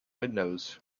windows